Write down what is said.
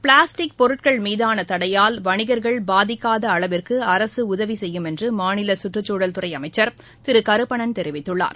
plastic பொருட்கள் மீதான தடையால் வணிகர்கள் பாதிக்காத அளவிற்கு அரசு உதவி செய்யும் என்று மாநில சுற்றுச்சூழல் துறை அமைச்சர் திரு கருப்பணன் தெரிவித்துள்ளார்